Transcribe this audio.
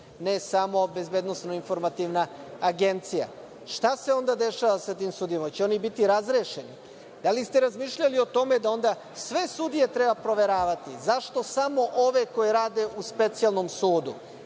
ne samo bezbednosna informativna agencija. Šta se onda dešava sa tim sudijama? Hoće li oni biti razrešeni? Da li ste razmišljali o tome da onda sve sudije treba proveravati, zašto samo ove koje rade u specijalnom sudu?